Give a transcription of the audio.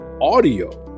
audio